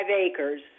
acres